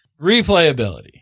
replayability